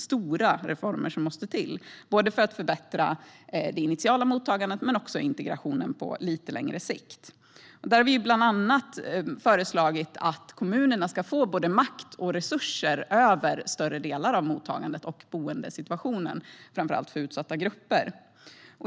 Stora reformer måste till för att förbättra både det initiala mottagandet och integrationen på lite längre sikt. Vi har bland annat föreslagit att kommunerna ska få både makt över och resurser till större delar av mottagandet och boendesituationen, framför allt för utsatta grupper.